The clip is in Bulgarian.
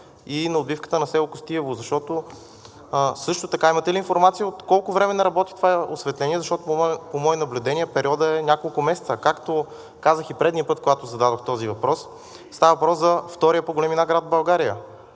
и на отбивката за село Костиево? Също така имате ли информация от колко време не работи това осветление? Защото по мои наблюдения периодът е няколко месеца. Както казах и предния път, когато зададох този въпрос, става въпрос за втория по големина град в България.